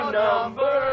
number